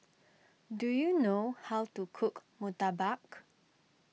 do you know how to cook Murtabak